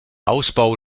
ausbau